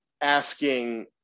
Asking